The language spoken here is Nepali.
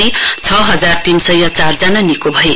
भने छ हजार तीन सय चारजना निको भए